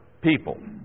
people